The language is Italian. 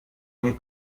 nei